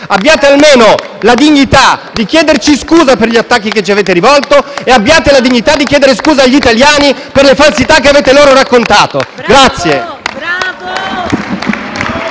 Abbiate almeno la dignità di chiederci scusa per gli attacchi che ci avete rivolto e abbiate la dignità di chiedere scusa agli italiani per le falsità che avete loro raccontato.